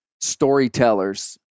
storytellers